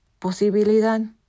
posibilidad